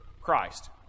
Christ